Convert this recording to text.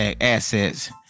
assets